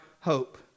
hope